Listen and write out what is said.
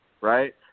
right